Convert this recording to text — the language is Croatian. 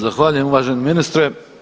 Zahvaljujem uvaženi ministre.